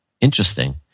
Interesting